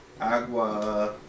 Agua